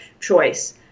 choice